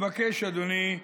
אבקש, אדוני,